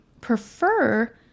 prefer